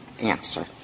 answer